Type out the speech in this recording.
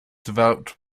developed